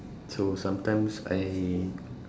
so sometimes I